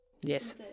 Yes